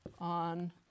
on